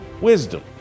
wisdom